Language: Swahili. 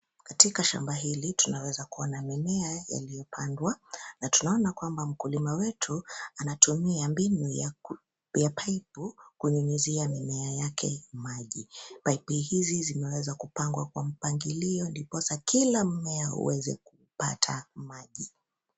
Katika shamba hili tunaweza kuona mimea yaliyopandwa, na tunaona kwamba mkulima wetu anatumia mbinu ya pipu kunyunyuzia mimea yake maji. Pipu hizi zimeweza kupangwa kwa mpangilio ndiposa kila mmea uweze kupata maji.